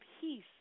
peace